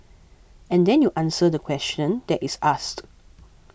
and then you answer the question that is asked